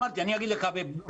אמרתי, אני אגיד לך בפרטי.